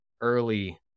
early